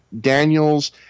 Daniels